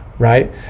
Right